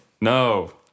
no